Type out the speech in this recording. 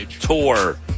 Tour